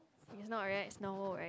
is not right it's normal right